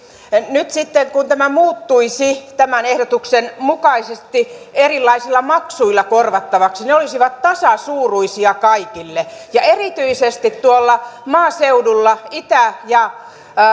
nyt kun tämä muuttuisi tämän ehdotuksen mukaisesti erilaisilla maksuilla korvattavaksi ne olisivat tasasuuruisia kaikille ja erityisesti tuolla maaseudulla itä ja